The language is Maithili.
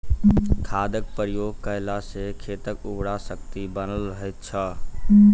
खादक प्रयोग कयला सॅ खेतक उर्वरा शक्ति बनल रहैत छै